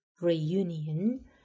reunion